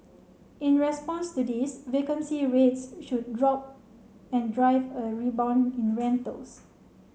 in response to this vacancy rates should drop and drive a rebound in rentals